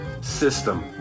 system